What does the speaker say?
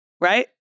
Right